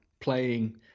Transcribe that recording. playing